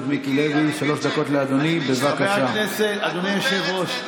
אדוני היושב-ראש,